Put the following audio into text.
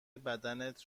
بدنت